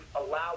allow